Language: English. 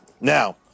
Now